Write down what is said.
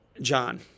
John